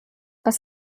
was